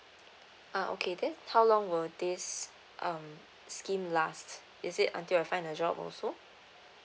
uh okay then how long will this um scheme last is it until I'll find a job also